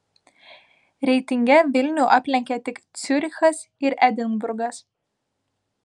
reitinge vilnių aplenkė tik ciurichas ir edinburgas